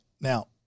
Now